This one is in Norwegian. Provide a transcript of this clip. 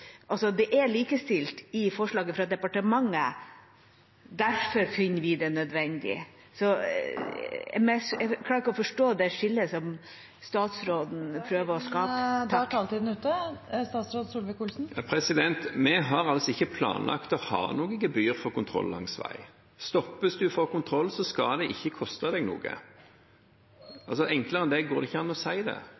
Det er likestilt i forslaget fra departementet. Jeg klarer ikke å forstå det skillet som statsråden prøver å skape. Vi har ikke planlagt å ha noe gebyr for kontroll langs vei. Stoppes en for kontroll, skal det